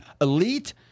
elite